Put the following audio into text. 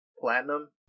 Platinum